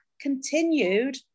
continued